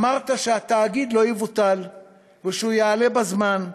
אמרת שהתאגיד לא יבוטל ושהוא יעלה בזמן.